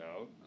out